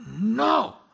no